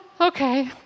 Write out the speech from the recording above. okay